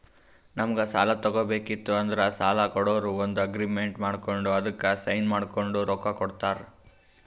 ನಮ್ಗ್ ಸಾಲ ತಗೋಬೇಕಿತ್ತು ಅಂದ್ರ ಸಾಲ ಕೊಡೋರು ಒಂದ್ ಅಗ್ರಿಮೆಂಟ್ ಮಾಡ್ಕೊಂಡ್ ಅದಕ್ಕ್ ಸೈನ್ ಮಾಡ್ಕೊಂಡ್ ರೊಕ್ಕಾ ಕೊಡ್ತಾರ